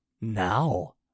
Now